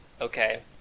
Okay